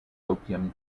opium